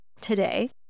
today